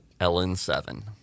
LN7